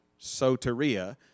Soteria